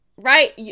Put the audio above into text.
Right